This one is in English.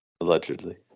Allegedly